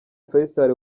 faisal